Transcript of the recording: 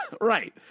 Right